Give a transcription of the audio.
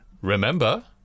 remember